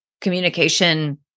communication